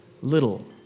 little